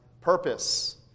purpose